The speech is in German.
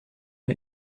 wir